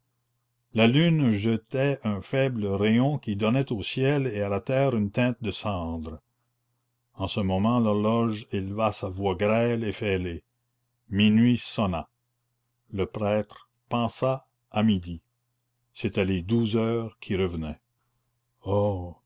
la lune jetait un faible rayon qui donnait au ciel et à la terre une teinte de cendre en ce moment l'horloge éleva sa voix grêle et fêlée minuit sonna le prêtre pensa à midi c'étaient les douze heures qui revenaient oh